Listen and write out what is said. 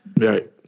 Right